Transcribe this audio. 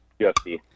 UFC